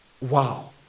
Wow